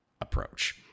approach